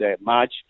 March